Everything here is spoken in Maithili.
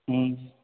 हँ